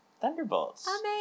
Thunderbolts